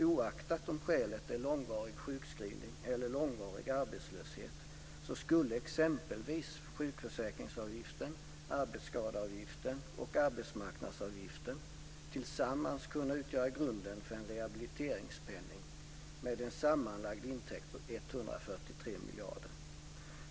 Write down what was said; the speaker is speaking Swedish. Oaktat om skälet är långvarig sjukskrivning eller långvarig arbetslöshet skulle exempelvis sjukförsäkringsavgiften, arbetsskadeavgiften och arbetsmarknadsavgiften tillsammans kunna utgöra grunden för en rehabiliteringspenning med en sammanlagd intäkt på 143 miljarder.